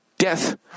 Death